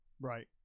Right